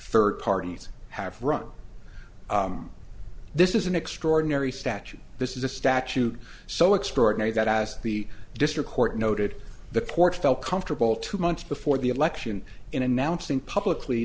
third parties have run this is an extraordinary statute this is a statute so extraordinary that as the district court noted the court felt comfortable two months before the election in announcing publicly